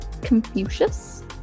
Confucius